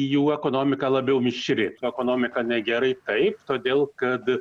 jų ekonomika labiau mišri ekonomika negerai taip todėl kad